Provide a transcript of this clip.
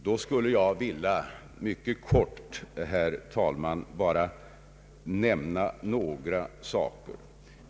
Jag vill då, herr talman, mycket kortfattat anföra några saker.